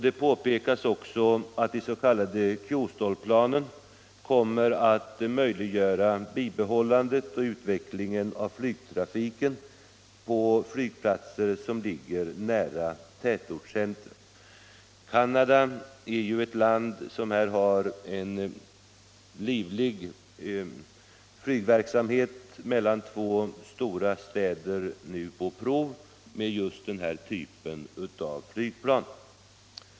Det påpekas också att de s.k. QSTOL planen ”kommer att möjliggöra bibehållandet och utvecklandet av flygtrafiken på flygplatser som ligger nära tätortscentra”. Canada är ett land som har en livlig flygförbindelse på prov mellan två städer med just den här typen av flygplan.